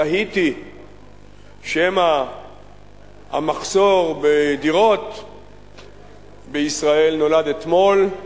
תהיתי שמא המחסור בדירות בישראל נולד אתמול,